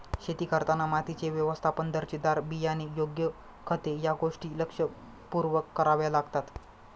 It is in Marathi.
शेती करताना मातीचे व्यवस्थापन, दर्जेदार बियाणे, योग्य खते या गोष्टी लक्षपूर्वक कराव्या लागतात